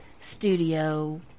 Studio